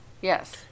Yes